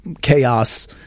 chaos